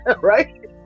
right